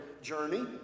journey